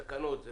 תקנות,